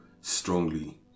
strongly